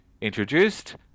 introduced